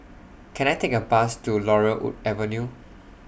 Can I Take A Bus to Laurel Wood Avenue